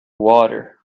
water